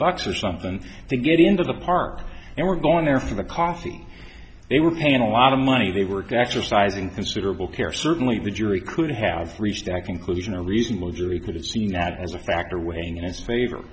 bucks or somethin to get into the park and we're going there for the coffee they were paying a lot of money they work exercising considerable care certainly the jury could have reached that conclusion a reasonable jury acquitted seen as a factor weighing in his favor